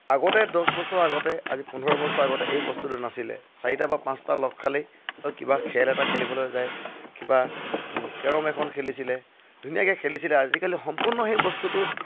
আগতে দছ বছৰ আগতে আজি পোন্ধৰ বছৰ আগতে এই বস্তুটো নাছিলে চাৰিটা বা পাঁচটা লগ খালেই কিবা খেল এটা খেলিবলৈ যায় কিবা কেৰম এখন খেলিছিলে ধুনীয়াকে খেলিছিলে আজিকালি সম্পূৰ্ণ সেই বস্তুটো